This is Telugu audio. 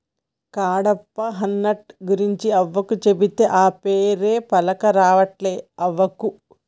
కడ్పాహ్నట్ గురించి అవ్వకు చెబితే, ఆ పేరే పల్కరావట్లే అవ్వకు